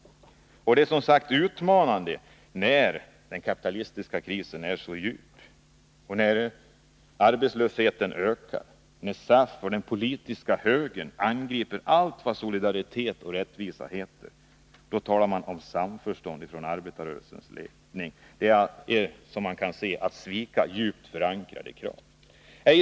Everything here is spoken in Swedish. Och det är utmanande, när den kapitalistiska krisen är så djup som den är och när arbetslösheten ökar. När SAF och den politiska högern angriper allt vad solidaritet och rättvisa heter talar arbetarrörelsens ledning om samförstånd. Det är, som jag ser det, att svika djupt förankrade krav.